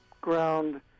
ground